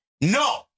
No